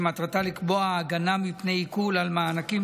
שמטרתה לקבוע הגנה מפני עיקול על מענקים